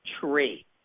Tree